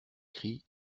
cris